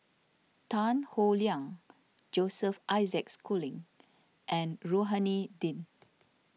Tan Howe Liang Joseph Isaac Schooling and Rohani Din